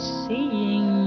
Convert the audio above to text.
seeing